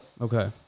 Okay